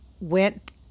went